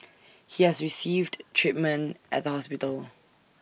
he has received treatment at the hospital